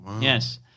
yes